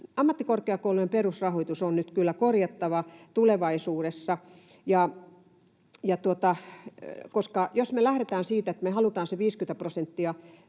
ammattikorkeakoulujen perusrahoitus on nyt kyllä korjattava tulevaisuudessa. Jos me lähdetään siitä, että me halutaan se 50 prosenttia